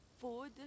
food